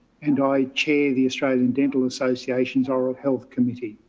and i chair the australian dental association oral health committee.